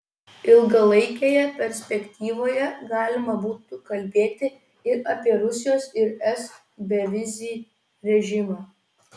ilgalaikėje perspektyvoje galima būtų kalbėti ir apie rusijos ir es bevizį režimą